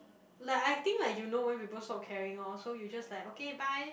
like I think I you know when people stop caring loh so you just like okay bye